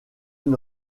une